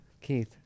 Keith